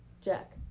Jack